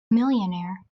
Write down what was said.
millionaire